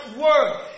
word